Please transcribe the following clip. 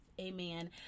amen